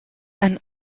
and